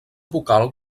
vocal